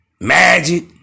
Magic